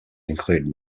include